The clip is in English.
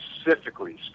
specifically